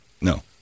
No